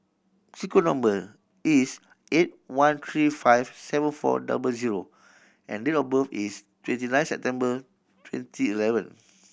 sequence number is eight one three five seven four double zero and date of birth is twenty nine September twenty eleven